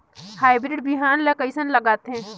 Hybrid बिहान ला कइसन लगाथे?